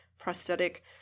prosthetic